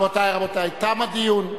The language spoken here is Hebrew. חבר הכנסת כץ --- רבותי, תם הדיון,